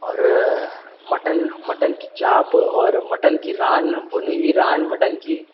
اور mutton mutton کی chop اور مٹن کی ران بھنی ہوئی ران مٹن کی